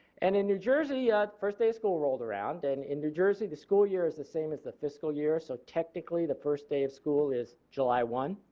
and in new jersey yeah the first day of school rolled around and in new jersey the school year is the same year as the fiscal year so technically the first day of school is july one.